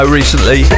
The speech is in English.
recently